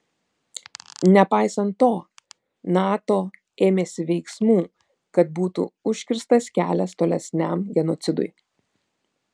nepaisant to nato ėmėsi veiksmų kad būtų užkirstas kelias tolesniam genocidui